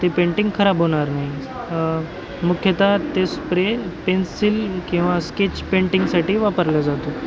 ते पेंटिंग खराब होणार नाही मुख्यतः ते स्प्रे पेन्सिल किंवा स्केच पेंटिंगसाठी वापरलं जातो